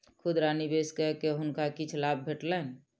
खुदरा निवेश कय के हुनका किछ लाभ भेटलैन